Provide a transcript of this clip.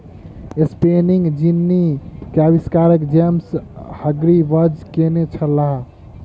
spinning jenny के आविष्कार James Hargreaves केने छला